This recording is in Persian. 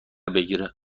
بگیره